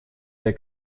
der